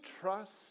trust